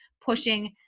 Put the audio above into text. pushing